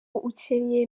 ukennye